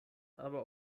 aber